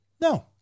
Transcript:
No